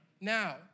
Now